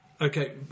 Okay